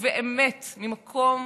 ובאמת ממקום